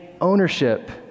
ownership